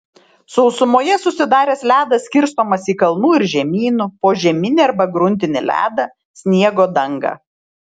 sausumoje susidaręs ledas skirstomas į kalnų ir žemynų požeminį arba gruntinį ledą sniego dangą